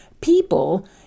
people